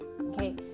Okay